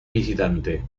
visitante